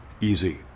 easy